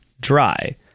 dry